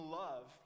love